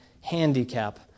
handicap